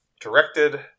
directed